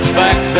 back